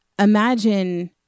imagine